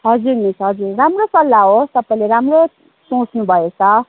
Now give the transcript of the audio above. हजुर मिस हजुर राम्रो सल्लाह हो तपाईँले राम्रो सोच्नुभएछ